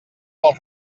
pel